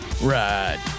Right